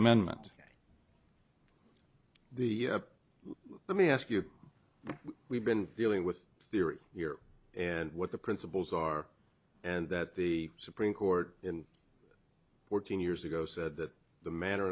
amendment the let me ask you we've been dealing with theory here and what the principles are and that the supreme court in fourteen years ago said that the manner